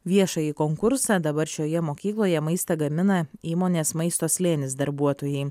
viešąjį konkursą dabar šioje mokykloje maistą gamina įmonės maisto slėnis darbuotojai